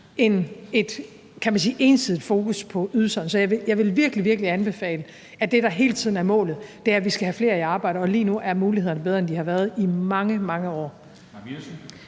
sige – ensidigt fokus på ydelserne. Så jeg vil virkelig, virkelig anbefale, at det, der hele tiden er målet, er, at vi skal have flere i arbejde, og lige nu er mulighederne bedre, end de har været i mange, mange år.